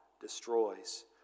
destroys